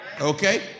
okay